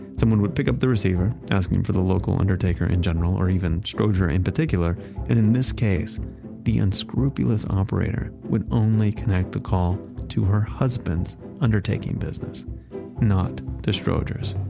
someone would pick up the receiver asking for the local undertaker in general or even strowger in particular and in this case the unscrupulous operator would only connect the call to her husband's undertaking business not the strowger's